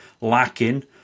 lacking